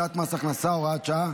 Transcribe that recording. פקודת מס הכנסה (הוראת שעה,